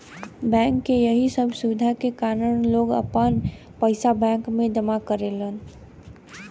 bank के यही सब सुविधा के कारन लोग आपन पइसा बैंक में जमा करेलन